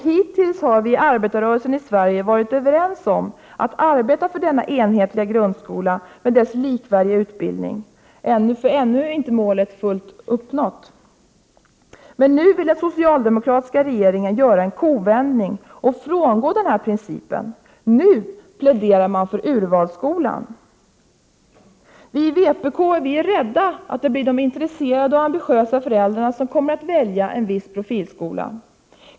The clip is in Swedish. Hittills har arbetarrörelsen i Sverige varit överens om att arbeta för denna enhetliga grundskola med dess likvärdiga utbildning — ännu är inte målet fullt uppnått. Men nu vill den socialdemokratiska regeringen göra en kovändning och frångå denna princip. Nu pläderar man för urvalsskolan. Vi i vpk är rädda för att det kommer att bli de intresserade och ambitiösa föräldrarna som kommer att välja en viss profilskola.